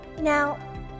now